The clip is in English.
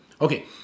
Okay